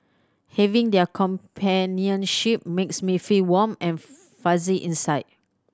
having their companionship makes me feel warm and fuzzy inside